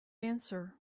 answer